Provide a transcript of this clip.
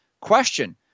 question